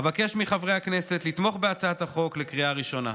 אבקש מחברי הכנסת לתמוך בהצעת החוק בקריאה ראשונה.